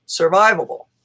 survivable